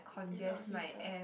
is not a heater